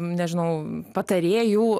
nežinau patarėjų